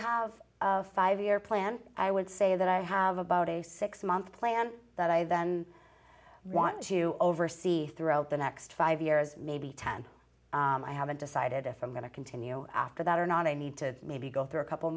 have a five year plan i would say that i have about a six month plan that i then want to oversee throughout the next five years maybe ten i haven't decided if i'm going to continue after that or not i need to maybe go through a couple